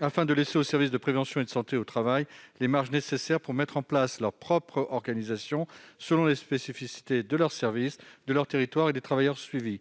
afin de laisser aux SPST les marges nécessaires pour mettre en place leur propre organisation, selon les spécificités de leur service, de leur territoire et des travailleurs suivis.